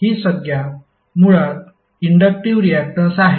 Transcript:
ही संज्ञा मुळात inductive reactance आहे